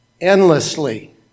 endlessly